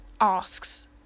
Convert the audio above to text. asks